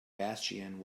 bastion